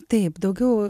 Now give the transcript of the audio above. taip daugiau